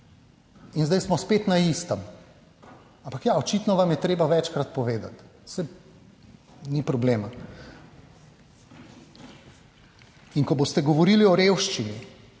in zdaj smo spet na istem. Ampak ja, očitno vam je treba večkrat povedati, saj ni problema. In ko boste govorili o revščini,